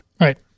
Right